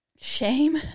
Shame